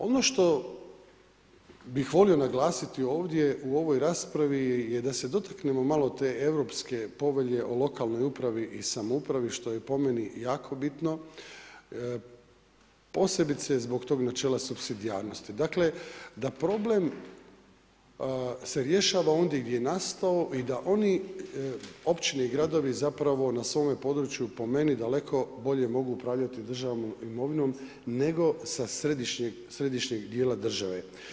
Ono što bih volio naglasiti ovdje u ovoj raspravi je da se dotaknemo malo te Europske povelje o lokalnoj upravi i samoupravi što je po meni jako bitno, posebice zbog tog načela supsidijarnosti, dakle da problem se rješava ondje gdje je nastao i da oni općine i gradovi zapravo na svome području po meni daleko bolje mogu upravljati državnom imovinom, nego sa središnjeg dijela države.